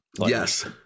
Yes